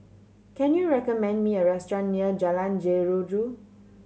can you recommend me a restaurant near Jalan Jeruju